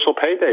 payday